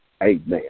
Amen